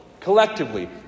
collectively